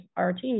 RT